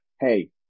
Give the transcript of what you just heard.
hey